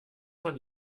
man